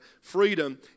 freedom